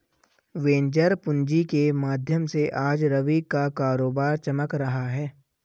venture पूँजी के माध्यम से आज रवि का कारोबार चमक रहा है